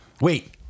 Wait